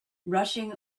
rushing